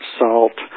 salt